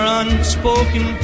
unspoken